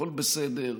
הכול בסדר.